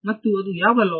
ಮತ್ತು ಅದು ಯಾವ ಲಾ